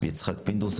יצחק פינדרוס.